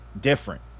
different